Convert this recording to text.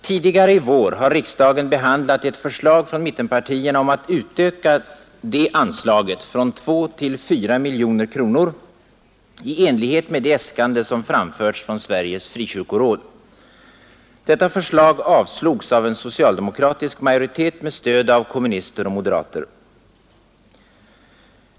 Tidigare i vår har riksdagen behandlat ett förslag från mittenpartierna om att utöka det anslaget från 2 till 4 miljoner kronor i enlighet med det äskande som framförts från Sveriges frikyrkoråd. Detta förslag avslogs av en socialdemokratisk majoritet med stöd av kommunister och moderater.